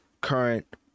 current